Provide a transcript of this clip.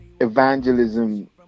evangelism